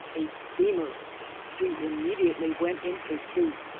a steamer we immediately went in pursuit.